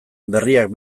berriak